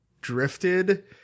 drifted